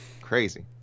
Crazy